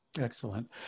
Excellent